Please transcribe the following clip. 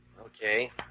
Okay